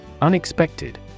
Unexpected